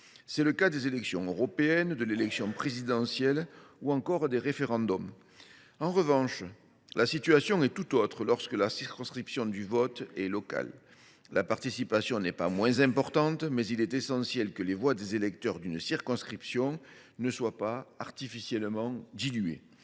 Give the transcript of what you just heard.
C’est le cas des élections européennes, de l’élection présidentielle ou encore des référendums. En revanche, la situation est tout autre lorsque la circonscription du vote est locale. La participation n’est pas moins importante, mais il est essentiel que les voix des électeurs d’une circonscription ne soient pas artificiellement diluées.